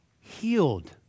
healed